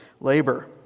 labor